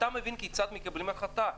אתה מבין כיצד מקבלים החלטה?